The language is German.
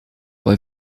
bei